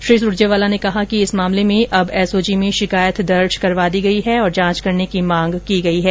श्री सुरजेवाला ने कहा कि इस मामले में अब एसओजी में शिकायत दर्ज करवा दी गई है और जांच करने की मांग की गई है